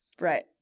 Right